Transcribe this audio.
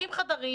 בודקים חדרים,